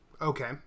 okay